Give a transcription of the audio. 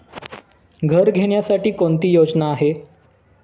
घर घेण्यासाठी कोणती योजना आहे?